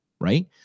right